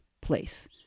place